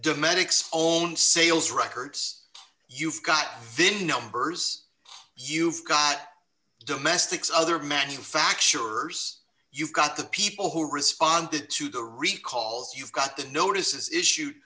domestics own sales records you've got venue numbers you've got domestics other manufacturers you've got the people who responded to the recalls you've got the notices issued